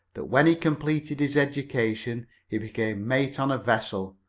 that when he completed his education he became mate on a vessel,